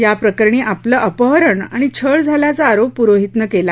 याप्रकरणी आपलं अपहरण आणि छळ झाल्याचा आरोप प्रोहितनं केला